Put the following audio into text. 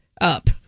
Up